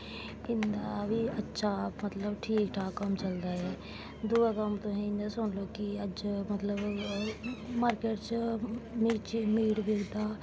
इं'दा बी अच्छा मतलब ठीक ठाक कम्म चलदा ऐ दोऐ कम्म तुस इ'यां समझी लैओ कि अज्ज मार्किट च मीट बिकदा